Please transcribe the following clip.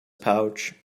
pouch